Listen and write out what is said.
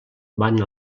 van